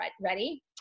ready